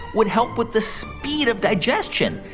would help with the speed of digestion,